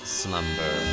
slumber